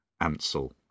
Ansel